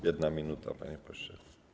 1 minuta, panie pośle.